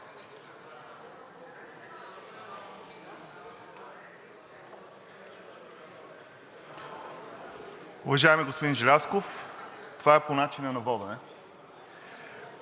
Уважаеми господин Желязков, това е по начина на водене.